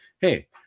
hey